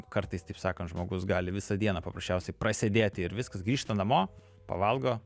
kartais taip sakant žmogus gali visą dieną paprasčiausiai prasėdėti ir viskas grįžta namo pavalgo